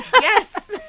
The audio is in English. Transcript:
Yes